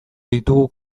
ditugu